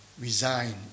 resign